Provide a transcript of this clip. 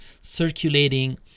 circulating